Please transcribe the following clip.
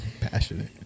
Passionate